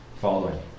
following